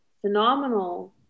phenomenal